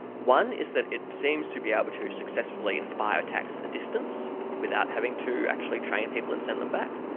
one is that it seems to be able ah but to successfully inspire attacks at a distance without having to actually train people and send them back.